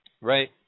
Right